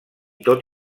tot